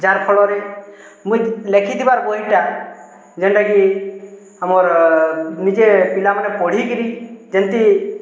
ଯାହାର୍ ଫଲରେ ମୁଇଁ ଲେଖିଥିବାର୍ ବହି ଟା ଯେନ୍ତା କି ଆମର୍ ନିଜେ ପିଲାମାନେ ପଢ଼ିକିରି ଯେନ୍ତି